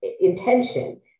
intention